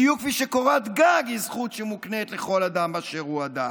בדיוק כפי שקורת גג היא זכות שמוקנית לכל אדם באשר הוא אדם.